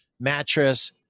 mattress